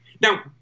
Now